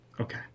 Okay